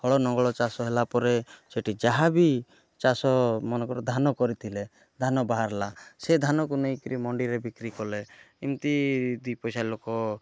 ହଳ ଲଙ୍ଗଳ ଚାଷ ହେଲା ପରେ ସେଠି ଯାହା ବି ଚାଷ ମନେକର ଧାନ କରିଥିଲେ ଧାନ ବାହାରିଲା ସେ ଧାନକୁ ନେଇକିରି ମଣ୍ଡିରେ ବିକ୍ରି କଲେ ଏମିତି ଦୁଇ ପଇସା ଲୋକ